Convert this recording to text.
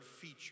feature